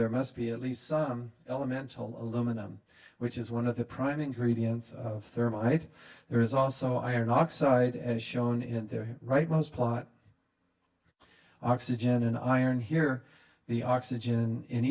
there must be at least some elemental aluminum which is one of the prime ingredients of thermite there is also iron oxide as shown in there right most plot oxygen in iron here the oxygen in